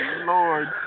Lord